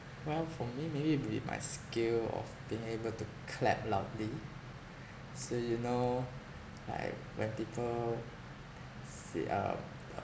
well for me maybe it'd be my skill of being able to clap loudly so you know like when people see um